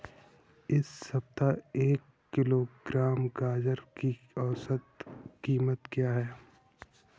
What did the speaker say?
इस सप्ताह एक किलोग्राम गाजर की औसत कीमत क्या है?